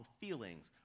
feelings